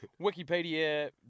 Wikipedia